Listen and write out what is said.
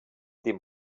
dem